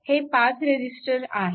हे पाच रेजिस्टर आहेत